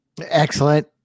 Excellent